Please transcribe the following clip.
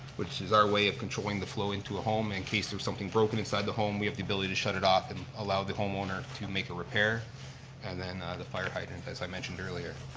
which is our way of controlling the flow into a home in case there's something broken inside the home we have the ability to shut it off and allow the homeowner to make a repair and then the fire hydrant, as i mentioned earlier.